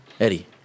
Eddie